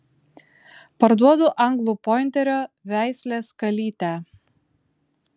parduodu anglų pointerio veislės kalytę